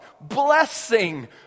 blessing